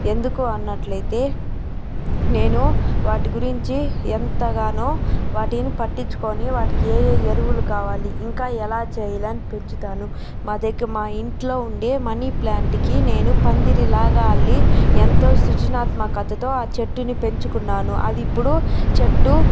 ఎందుకు అన్నట్లయితే నేను వాటి గురించి ఎంతగానో వాటిని పట్టించుకోని వాటికి ఏ ఏ ఎరువులు కావాలి ఇంకా ఎలా చేయాలని పెంచుతాను మా దగ్గర మా ఇంట్లో ఉండే మనీ ప్లాంట్కి నేను పందిరి లాగా అల్లి ఎంతో సుజనాత్మకతతో ఆ చెట్టుని పెంచుకున్నాను అది ఇప్పుడు చెట్టు